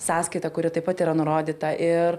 sąskaitą kuri taip pat yra nurodyta ir